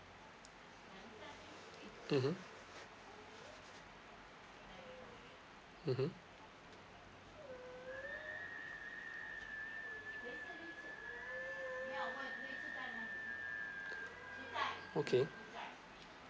mmhmm mmhmm okay